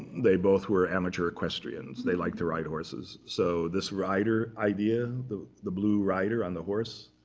they both were amateur equestrians. they liked to ride horses. so this rider idea, the the blue rider on the horse,